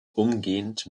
umgehend